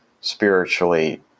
spiritually